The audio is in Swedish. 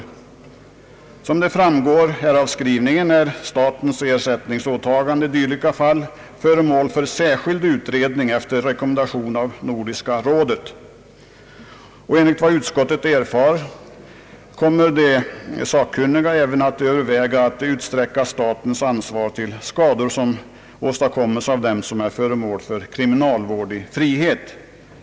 Såsom framgår av skrivningen är statens ersättningsåtagande i dylika fall föremål för särskild utredning efter rekommendation av Nordiska rådet. Enligt vad utskottet erfarit kommer de sakkunniga även att överväga att utsträcka statens ansvar till skador som åstadkommes av dem som är föremål för kriminalvård i frihet.